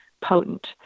potent